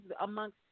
amongst